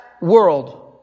world